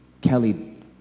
Kelly